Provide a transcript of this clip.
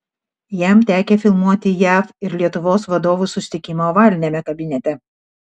jam tekę filmuoti jav ir lietuvos vadovų susitikimą ovaliniame kabinete